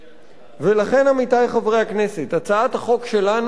לכן, עמיתי חברי הכנסת, הצעת החוק שלנו היא המעט